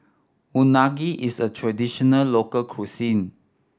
unagi is a traditional local cuisine